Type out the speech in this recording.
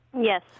Yes